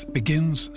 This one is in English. begins